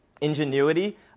Ingenuity